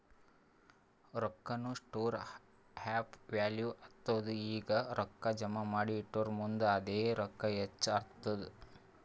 ರೊಕ್ಕಾನು store of value ಆತ್ತುದ್ ಈಗ ರೊಕ್ಕಾ ಜಮಾ ಮಾಡಿ ಇಟ್ಟುರ್ ಮುಂದ್ ಅದೇ ರೊಕ್ಕಾ ಹೆಚ್ಚ್ ಆತ್ತುದ್